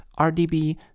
RDB